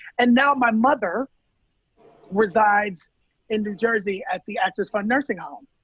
and now my mother resides in new jersey at the actors fund nursing home.